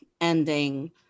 ending